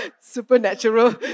supernatural